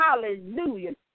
Hallelujah